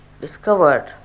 discovered